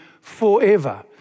forever